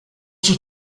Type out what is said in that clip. sus